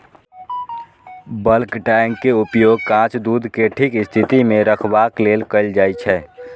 bulk tank के उपयोग कांच दूध कें ठीक स्थिति मे रखबाक लेल कैल जाइ छै